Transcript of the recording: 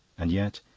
and yet.